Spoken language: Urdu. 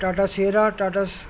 ٹاٹا سیرا ٹاٹا